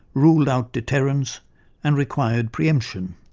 ruled out deterrence and required pre-emption.